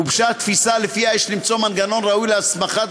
גובשה התפיסה שלפיה יש למצוא מנגנון ראוי להסמכת